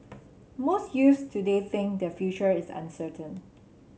most youths today think their future is uncertain